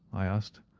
i asked.